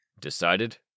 Decided